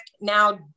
now